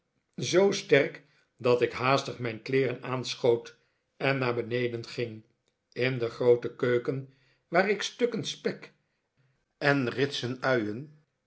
zoo sterk dat ik haastig mijn kleeren aanschoot en naar beneden ging in de groote keuken waar ik stukken spek en risten uien